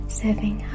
serving